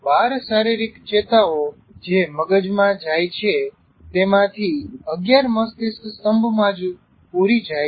12 શારીરિક ચેતાઓ જે મગજમાં જાઈ છે તેમાંથી 11 મસ્તિષ્ક સ્તંભમાં જ પૂરી થાય છે